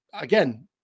again